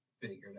figured